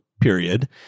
period